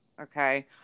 Okay